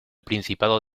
principado